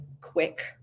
quick